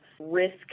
risk